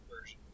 version